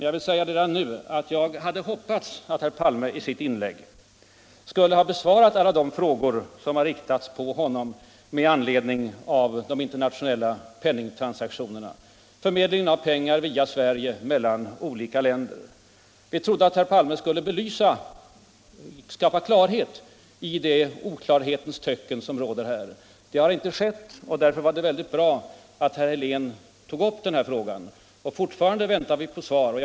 Jag vill emellertid redan nu säga att jag hade hoppats att herr Palme i sitt inlägg skulle ha besvarat alla de frågor som har riktats till honom med anledning av de internationella penningtransaktionerna, förmedlingen av pengar via Sverige mellan olika länder. Jag hade trott att herr Palme skulle skapa klarhet i det oklarhetens töcken som nu råder. Det har inte skett, och därför var det bra att herr Helén tog upp frågan. Fortfarande väntar vi alltså på svar.